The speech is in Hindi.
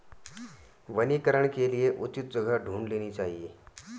वनीकरण के लिए उचित जगह ढूंढ लेनी चाहिए